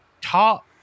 top